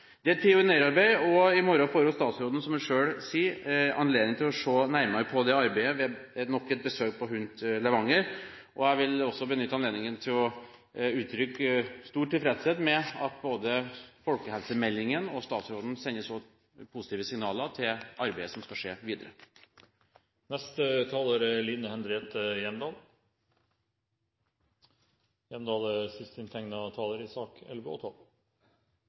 Dette er et pionerarbeid. I morgen får statsråden anledning til, som han selv sier, å se nærmere på dette arbeidet ved nok et besøk på HUNT forskningssenter i Levanger. Jeg vil benytte anledningen til å uttrykke stor tilfredshet med at både folkehelsemeldingen og statsråden sender positive signaler om det arbeidet som skal skje videre. Friluftsliv er viktig for vår fysiske helse så vel som for vår psykiske helse. Det gir gode arenaer for mestring og sosialt fellesskap. Friluftsliv er